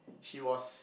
she was